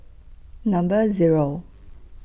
Number Zero